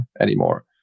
anymore